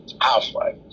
housewife